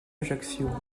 ajaccio